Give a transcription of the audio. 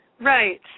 Right